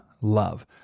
love